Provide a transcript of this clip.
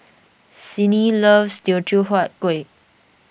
Sydni loves Teochew Huat Kueh